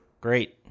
Great